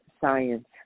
science